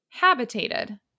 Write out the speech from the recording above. habitated